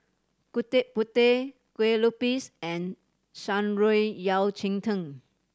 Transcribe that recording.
Gudeg Putih Kueh Lupis and Shan Rui Yao Cai Tang